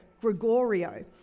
Gregorio